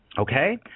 Okay